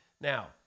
Now